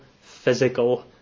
physical